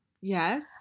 yes